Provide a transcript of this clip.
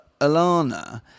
Alana